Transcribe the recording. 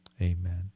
amen